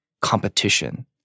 competition